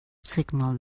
signal